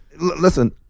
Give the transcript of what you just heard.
Listen